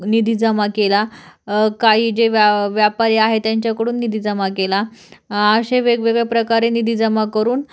निधी जमा केला काही जे वा व्यापारी आहे त्यांच्याकडून निधी जमा केला अशा वेगवेगळे प्रकारे निधी जमा करून